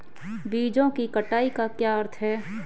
बीजों की कटाई का क्या अर्थ है?